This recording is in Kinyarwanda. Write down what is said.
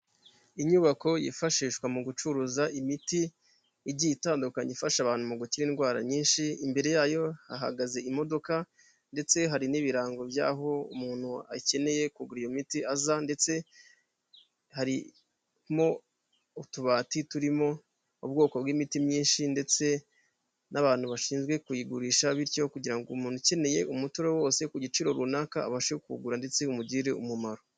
Inyubako yifashishwa mu gucuruza imiti igiye itandukanye ifasha abantu mu gukira indwara nyinshi, imbere yayo hahagaze imodoka, ndetse hari n'ibirango by'aho umuntu akeneye kugura iyo miti aza, ndetse harimo utubati turimo ubwoko bw'imiti myinshi, ndetse n'abantu bashinzwe kuyigurisha bityo kugira ngo umuntu ukeneye umuti uwo ari wo wose ku giciro runaka, abashe kuwugura, ndetse bimugirire umumaro.